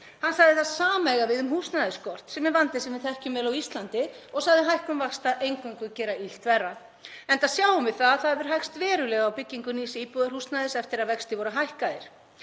Hann sagði það sama eiga við um húsnæðisskort, sem er vandi sem við þekkjum vel á Íslandi, og sagði hækkun vaxta eingöngu gera illt verra, enda sjáum við að það hefur hægt verulega á byggingu nýs íbúðarhúsnæðis eftir að vextir voru hækkaðir.